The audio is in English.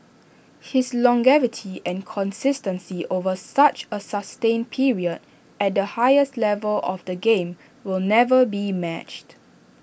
his longevity and consistency over such A sustained period at the highest level of the game will never be matched